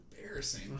embarrassing